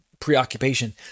Preoccupation